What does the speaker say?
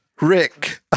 Rick